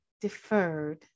deferred